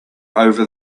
over